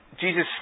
Jesus